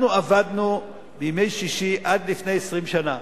אנחנו עבדנו בימי שישי, עד לפני 20 שנה,